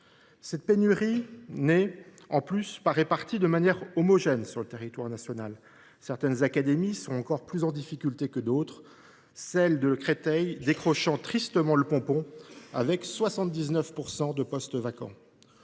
Cette pénurie n’est pas répartie de manière homogène sur le territoire national : certaines académies sont plus en difficulté que d’autres, celle de Créteil obtenant tristement la palme avec 79 % de postes vacants.